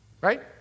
Right